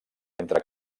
mentre